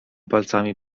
palcami